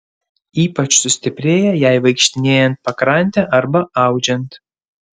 ypač sustiprėja jai vaikštinėjant pakrante arba audžiant